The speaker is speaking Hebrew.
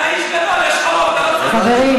אתה איש גדול, יש לך רוב, למה לא רציתם, חברים,